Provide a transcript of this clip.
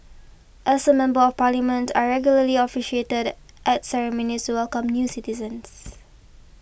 as a member of parliament I regularly officiated at ceremonies to welcome new citizens